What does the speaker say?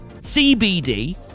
CBD